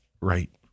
right